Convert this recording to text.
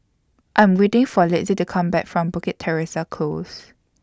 I'm waiting For Litzy to Come Back from Bukit Teresa Close